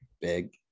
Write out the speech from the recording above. Big